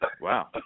wow